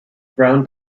brown